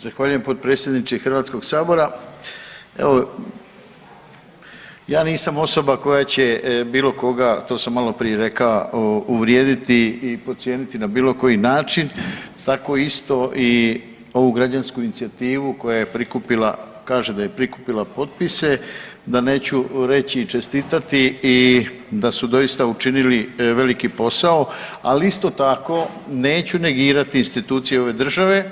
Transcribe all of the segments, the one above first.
Zahvaljujem potpredsjedniče HS-a, evo, ja nisam osoba koja će bilo koga, to sam maloprije rekao, uvrijediti i podcijeniti na bilo koji način, tako isto i ovu građansku inicijativu koja je prikupila, kaže da je prikupila potpise, da neću reći i čestitati i da su doista učinili veliki posao, ali isto tako, neću negirati institucije ove države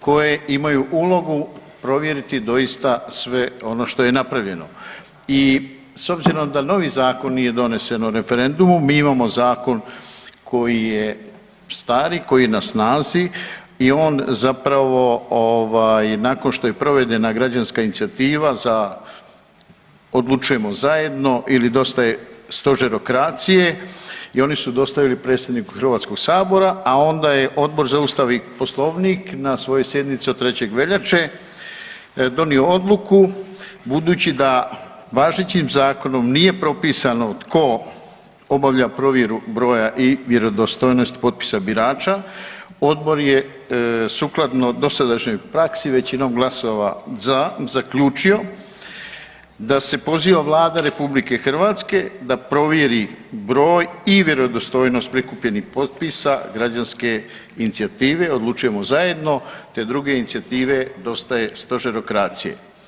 koje imaju ulogu provjeriti doista sve ono što je napravljeno i s obzirom da novi zakon nije donesen o referendumu, mi imamo zakon koji je stariji, koji je na snazi i on zapravo ovaj, nakon što je provedena građanska inicijativa za Odlučujemo zajedno ili Dosta je stožerokracije i oni su dostavili predsjedniku HS-a, a onda je Odbor za Ustav i Poslovnik na svojoj sjednici od 3. veljače donio odluku, budući da važećim zakonom nije propisano tko obavlja provjeru broja i vjerodostojnosti potpisa birača, Odbor je sukladno dosadašnjoj praksi većinom glasova za zaključio da se poziva Vlada RH da provjeri broj i vjerodostojnost prikupljenih potpisa građanske inicijative Odlučujemo zajedno te druge inicijative Dosta je stožerokracije.